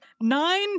nine